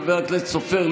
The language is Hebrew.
חבר הכנסת סופר,